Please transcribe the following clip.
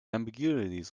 ambiguities